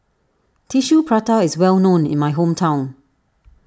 Tissue Prata is well known in my hometown